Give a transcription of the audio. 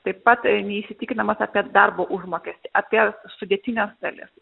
taip pat neįsitikinimas apie darbo užmokestį apie sudėtines dalis